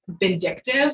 vindictive